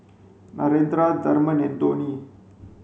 Narendra Tharman and Dhoni